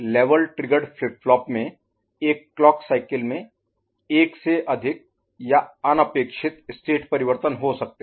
level triggered flip flop में एक clock cycle में एक से अधिक या अनपेक्षित स्टेट परिवर्तन हो सकते हैं